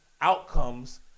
outcomes